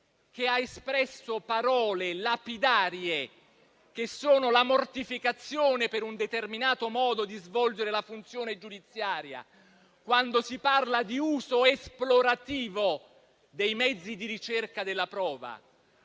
che ha espresso parole lapidarie, che sono la mortificazione per un determinato modo di svolgere la funzione giudiziaria, quando si parla di uso «esplorativo» dei mezzi di ricerca della prova;